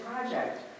project